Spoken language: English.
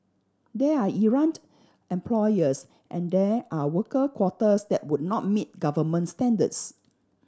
there are errant employers and there are worker quarters that would not meet government standards